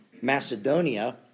Macedonia